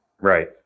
Right